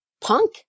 punk